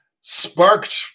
sparked